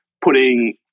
putting